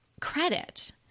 credit